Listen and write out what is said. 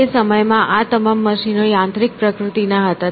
તે સમયમાં આ તમામ મશીનો યાંત્રિક પ્રકૃતિના હતા